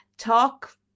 Talk